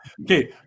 okay